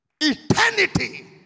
eternity